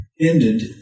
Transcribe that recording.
ended